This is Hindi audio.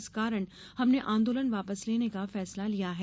इस कारण हमने आंदोलन वापस लेने का फैसला लिया है